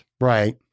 Right